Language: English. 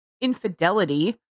infidelity